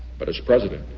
but as president,